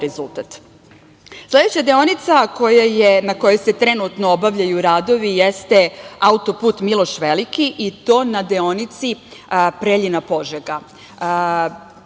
deonica na kojoj se trenutno obavljaju radovi jeste autoput „Miloš Veliki“, i to na deonici Preljina-Požega.